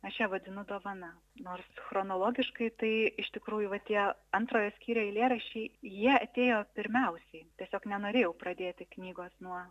aš ją vadinu dovana nors chronologiškai tai iš tikrųjų va tie antrojo skyrio eilėraščiai jie atėjo pirmiausiai tiesiog nenorėjau pradėti knygos nuo